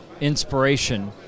inspiration